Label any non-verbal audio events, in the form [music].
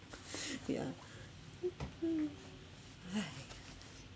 [laughs] ya [noise] !hais!